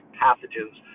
pathogens